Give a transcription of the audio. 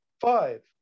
five